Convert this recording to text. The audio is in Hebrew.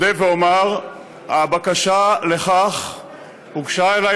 התשע"ז 2016. אודה ואומר שהבקשה לכך הוגשה אלי